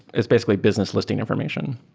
it's basically business listing information.